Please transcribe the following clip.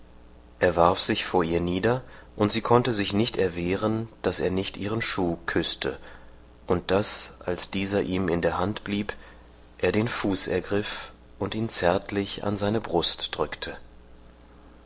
er warf sich vor ihr nieder und sie konnte sich nicht erwehren daß er nicht ihren schuh küßte und daß als dieser ihm in der hand blieb er den fuß ergriff und ihn zärtlich an seine brust drückte